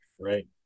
Right